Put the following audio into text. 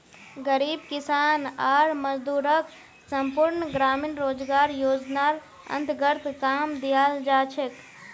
गरीब किसान आर मजदूरक संपूर्ण ग्रामीण रोजगार योजनार अन्तर्गत काम दियाल जा छेक